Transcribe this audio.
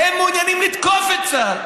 הם מעוניינים לתקוף את צה"ל,